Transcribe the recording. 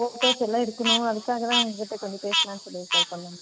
photos எல்லாம் எடுக்கணும் அதுக்காக தான் உங்கிட்ட கொஞ்சம் பேசலன்னு சொல்லி கால் பண்ணோம்